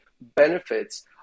benefits